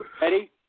Ready